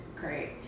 Great